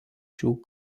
šių